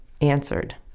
answered